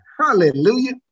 Hallelujah